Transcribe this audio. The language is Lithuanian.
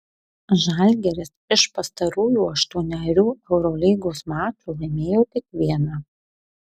žalgiris iš pastarųjų aštuonerių eurolygos mačų laimėjo tik vieną